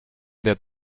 der